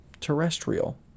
Terrestrial